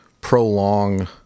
prolong